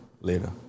later